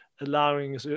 allowing